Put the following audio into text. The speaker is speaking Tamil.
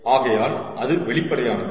ஆகையால் அது வெளிப்படையானது